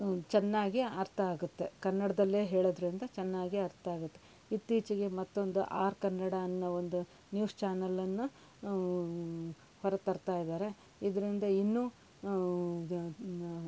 ಚೆನ್ನಾಗಿ ಅರ್ಥ ಆಗತ್ತೆ ಕನ್ನಡ್ದಲ್ಲೇ ಹೇಳೋದ್ರಿಂದ ಚೆನ್ನಾಗಿ ಅರ್ಥಾಗತ್ತೆ ಇತ್ತೀಚಿಗೆ ಮತ್ತೊಂದು ಆರ್ ಕನ್ನಡ ಅನ್ನೋ ಒಂದು ನ್ಯೂಸ್ ಚಾನೆಲನ್ನು ಹೊರ ತರ್ತಾಯಿದ್ದಾರೆ ಇದರಿಂದ ಇನ್ನೂ